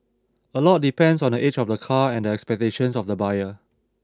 a lot depends on the age of the car and the expectations of the buyer